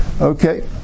Okay